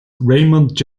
raymond